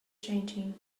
changing